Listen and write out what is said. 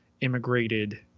immigrated